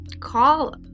call